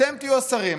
אתם תהיו השרים.